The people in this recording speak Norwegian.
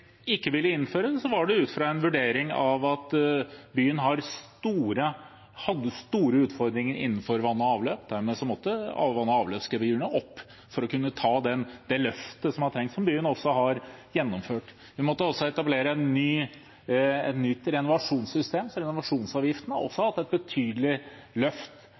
ikke ville innføre den, var det ut fra en vurdering av at byen hadde store utfordringer innenfor vann og avløp. Dermed måtte vann- og avløpsgebyrene opp for å kunne ta det løftet som trengtes, som byen har gjennomført. Vi måtte etablere et nytt renovasjonssystem, så renovasjonsavgiften har også hatt et betydelig løft